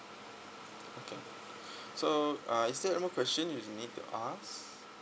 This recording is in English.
okay so uh is there anymore question you need to ask